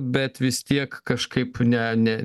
bet vis tiek kažkaip ne ne